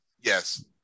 Yes